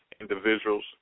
individuals